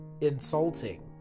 insulting